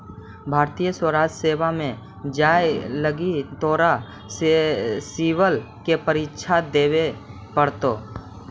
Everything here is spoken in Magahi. भारतीय राजस्व सेवा में जाए लगी तोरा सिवल के परीक्षा देवे पड़तो